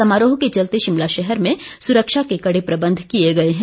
समारोह के चलते शिमला शहर में सुरक्षा के कड़े प्रबंध किए गए हैं